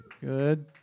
Good